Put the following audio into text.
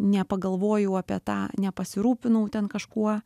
nepagalvojau apie tą nepasirūpinau ten kažkuo